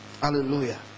Hallelujah